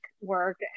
work